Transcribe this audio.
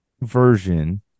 version